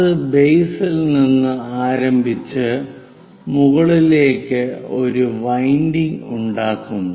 അത് ബേസിൽ നിന്ന് ആരംഭിച്ച് മുകളിലേയ്ക്ക് ഒരു വൈൻഡിങ് ഉണ്ടാക്കുന്നു